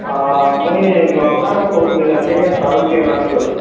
ଅ ମୁଇଁ ନୂଆପଡ଼ା ନ କହୁଥିଲି ଜାଲିକାଁ ସାହୁ କିରଣା ଷ୍ଟୋର